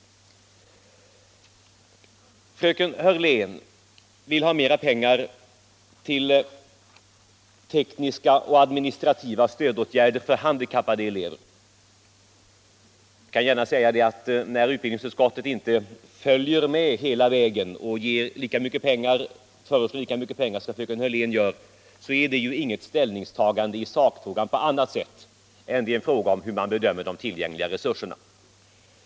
Fröken Hörlén vill ha mera pengar till tekniska och administrativa stödåtgärder för handikappade elever. Jag kan gärna säga att när utbildningsutskottet inte följer med hela vägen och ger lika mycket pengar som fröken Hörlén föreslår, så är det ju inget ställningstagande i sakfrågan — det är bara fråga om hur man bedömer de tillgängliga resurserna.